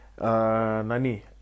Nani